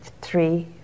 three